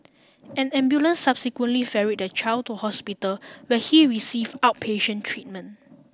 an ambulance subsequently ferried the child to hospital where he receive outpatient treatment